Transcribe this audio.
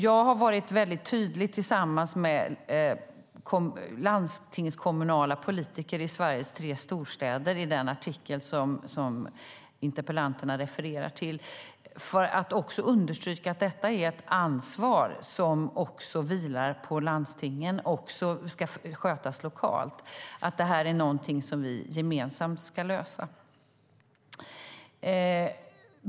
Jag har tillsammans med landstingskommunala politiker i Sveriges tre storstäder varit väldigt tydlig i den artikel interpellanterna refererar till, för att också understryka att detta är ett ansvar som vilar på landstingen och ska skötas lokalt. Det är alltså någonting vi gemensamt ska lösa.